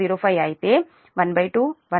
05 అయితే 12 12 j0